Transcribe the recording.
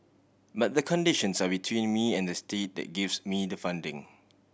but the conditions are between me and the state that gives me the funding